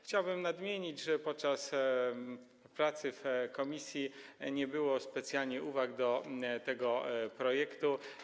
Chciałbym nadmienić, że podczas prac w komisji nie było specjalnie uwag do tego projektu.